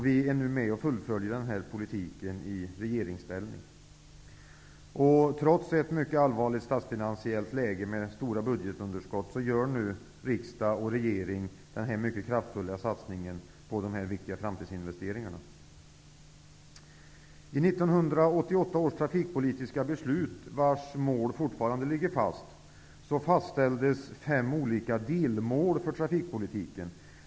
Vi fullföljer nu denna politik i regeringsställning. Trots ett mycket allvarligt statsfinansiellt läge med stora budgetunderskott gör nu riksdag och regering denna mycket kraftfulla satsning på de här viktiga framtidsinvesteringarna. I 1988 års trafikpolitiska beslut, vars mål fortfarande ligger fast, fastställdes fem olika delmål för trafikpolitiken.